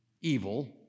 evil